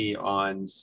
on